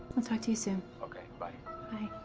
i'll talk to you soon. okay. bye hey.